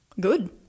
Good